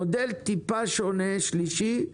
מודל שלישי מעט שונה,